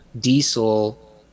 Diesel